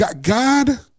God